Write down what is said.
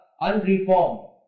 unreformed